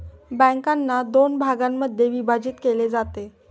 बँकांना दोन भागांमध्ये विभाजित केले जाते